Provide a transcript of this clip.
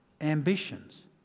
ambitions